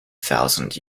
thousand